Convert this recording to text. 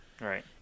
Right